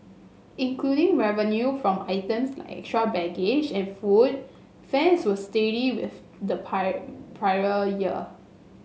including revenue from items like extra baggage and food fares were steady with the prior year